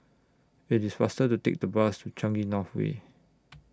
IT IS faster to Take The Bus to Changi North Way